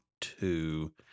two